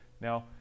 Now